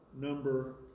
number